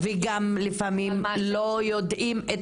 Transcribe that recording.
וגם לפעמים לא יודעים את